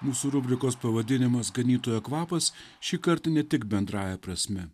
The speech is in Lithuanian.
mūsų rubrikos pavadinimas ganytojo kvapas šįkart ne tik bendrąja prasme